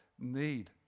need